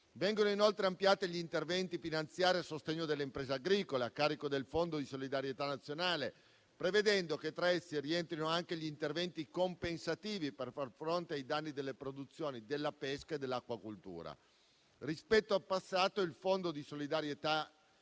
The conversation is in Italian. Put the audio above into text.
Vengono inoltre ampliati gli interventi finanziari a sostegno delle imprese agricole a carico del Fondo di solidarietà nazionale, prevedendo che vi rientrino anche quelli compensativi per far fronte ai danni alle produzioni della pesca e dell'acquacoltura. Rispetto al passato, il Fondo di solidarietà può